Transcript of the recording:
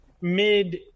mid